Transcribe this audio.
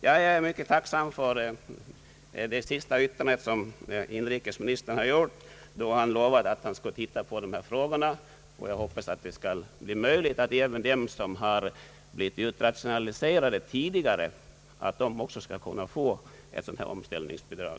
Jag är mycket tacksam för att inrikesministern nu lovat att se över dessa frågor, och jag hoppas att det skall bli möjligt också för dem som tidigare blivit utrationaliserade att få omställningsbidrag.